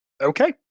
okay